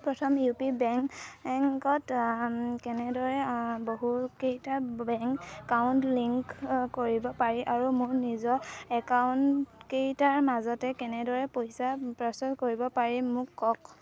প্ৰথম U P বেংকত কেনেদৰে বহুকেইটা বেংক একাউণ্ট লিংক কৰিব পাৰি আৰু মোৰ নিজৰ একাউণ্টকেইটাৰ মাজতে কেনেদৰে পইচা প্ৰ'চেছ কৰিব পাৰি মোক কওক